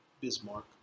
Bismarck